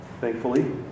thankfully